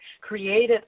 created